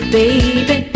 baby